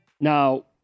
Now